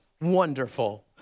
wonderful